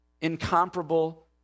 incomparable